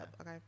okay